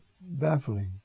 baffling